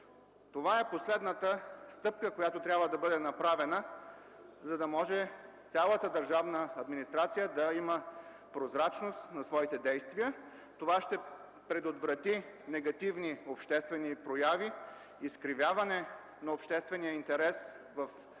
Това е последната стъпка, която трябва да бъде направена, за да може цялата държавна администрация да има прозрачност на своите действия. Това ще предотврати негативни обществени прояви, изкривяване на обществения интерес в лични